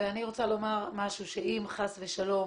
אם חס ושלום